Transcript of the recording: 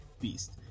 beast